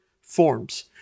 forms